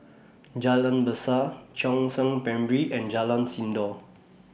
Jalan Besar Chongzheng Primary and Jalan Sindor